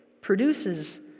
produces